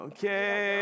Okay